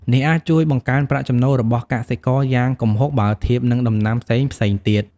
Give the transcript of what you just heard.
នេះអាចជួយបង្កើនប្រាក់ចំណូលរបស់កសិករយ៉ាងគំហុក បើធៀបនឹងដំណាំផ្សេងៗទៀត។